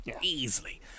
Easily